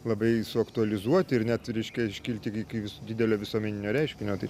labai suaktualizuoti ir net reiškia iškilti iki didelio visuomeninio reiškinio tai